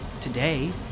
Today